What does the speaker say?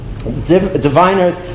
diviners